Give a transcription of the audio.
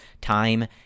time